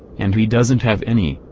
and he doesn't have any,